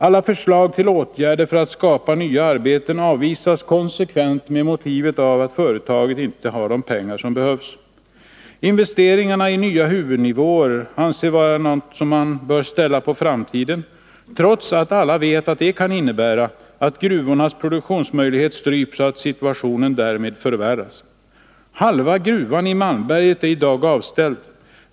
Alla förslag till åtgärder för att skapa nya arbeten avv as konsekvent med motivet att företaget inte har de pengar som behövs. Investeringar i nya huvudnivåer anges vara något som man bör ställa på framtiden, trots att alla vet att det kan innebära att gruvornas produktionsmöjligheter stryps och att situationen därmed förvärras. Halva gruvan i Malmberget är i dag avställd.